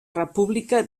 república